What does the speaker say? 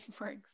works